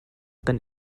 kan